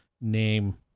name